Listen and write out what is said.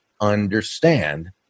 understand